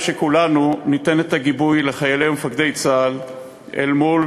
הם יקבלו תושבות, איך?